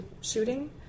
shooting